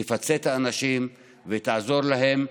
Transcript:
תפצה את האנשים ותעזור להם,